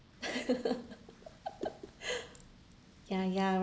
ya ya